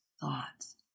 thoughts